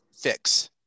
fix